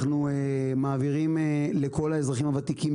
אנחנו מעבירים לכל האזרחים הוותיקים,